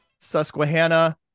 susquehanna